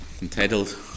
entitled